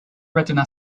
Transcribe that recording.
retina